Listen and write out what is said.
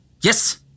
Yes